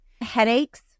Headaches